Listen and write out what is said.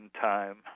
time